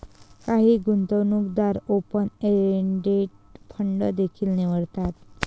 काही गुंतवणूकदार open ended fund देखील निवडतात